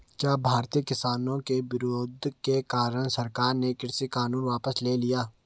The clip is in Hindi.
क्या भारतीय किसानों के विरोध के कारण सरकार ने कृषि कानून वापस ले लिया?